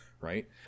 right